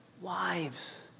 wives